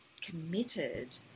committed